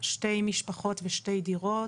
שתי משפחות ושתי דירות,